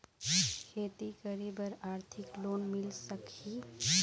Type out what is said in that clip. खेती करे बर आरथिक लोन मिल सकही?